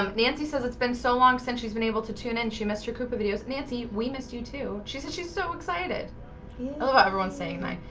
um nancy says it's been so long since she's been able to tune in. and she missed her cooper videos nancy we missed you, too she said she's so excited hello, everyone's saying night.